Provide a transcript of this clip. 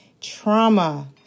trauma